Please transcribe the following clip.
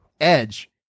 edge